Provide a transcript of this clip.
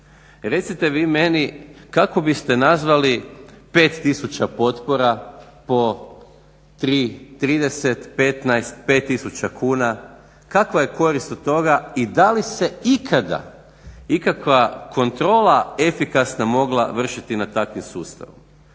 Recite vi meni kako biste nazvali 5 tisuća potpora po 30, 15, 5 tisuća kuna, kakva je korist od toga i da li se ikada ikakva kontrola efikasna mogla vršiti nad takvim sustavom.